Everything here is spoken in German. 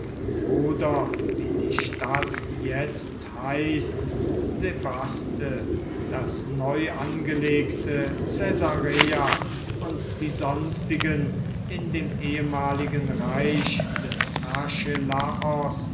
oder wie die stadt jetzt heißt sebaste das neu angelegte caesarea und die sonstigen in dem ehemaligen reich des